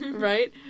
right